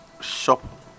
Shop